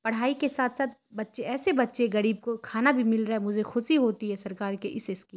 پرھائی کے ساتھ ساتھ بچے ایسے بچے غریب کو کھانا بھی مل رہا ہے مجھے خوشی ہوتی ہے سرکار کے اس اسکیم